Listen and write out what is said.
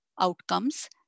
outcomes